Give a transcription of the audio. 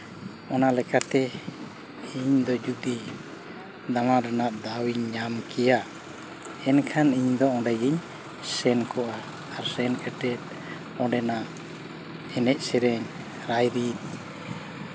ᱚᱱᱟ ᱞᱮᱠᱟᱛᱮ ᱤᱧᱫᱚ ᱡᱩᱫᱤ ᱫᱟᱬᱟ ᱨᱮᱱᱟᱜ ᱫᱟᱣ ᱤᱧ ᱧᱟᱢ ᱠᱮᱭᱟ ᱮᱱᱠᱷᱟᱱ ᱤᱧᱫᱚ ᱚᱸᱰᱮᱜᱤᱧ ᱥᱮᱱ ᱠᱚᱜᱼᱟ ᱥᱮᱱ ᱠᱟᱛᱮ ᱚᱸᱰᱮᱱᱟᱜ ᱮᱱᱮᱡ ᱥᱮᱨᱮᱧ ᱨᱟᱭ ᱨᱤᱛ